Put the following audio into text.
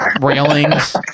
railings